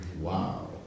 wow